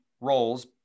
roles